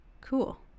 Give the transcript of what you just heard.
Cool